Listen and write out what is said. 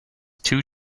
two